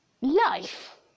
life